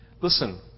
Listen